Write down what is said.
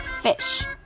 fish